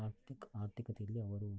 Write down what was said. ಆರ್ಥಿಕ ಆರ್ಥಿಕತೆಯಲ್ಲಿ ಅವರು ಸಹ